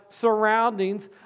surroundings